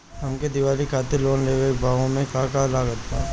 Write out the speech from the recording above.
हमके दिवाली खातिर लोन लेवे के बा ओमे का का लागत बा?